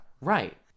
right